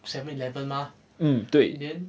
seven eleven 吗 then